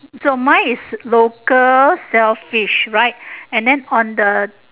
so mine is local shellfish right and then on the